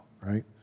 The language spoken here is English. right